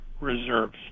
reserves